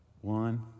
One